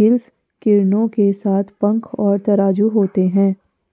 gills किरणों के साथ पंख और तराजू होते हैं